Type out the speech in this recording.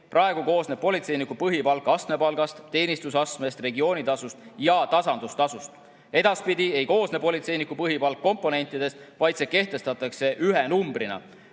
Praegu koosneb politseiniku põhipalk astmepalgast, teenistusastme[tasu]st, regioonitasust ja tasandustasust. Edaspidi ei koosne politseiniku põhipalk komponentidest, vaid see kehtestatakse ühe numbrina.